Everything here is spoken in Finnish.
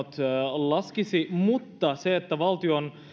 laskisivat mutta se että valtion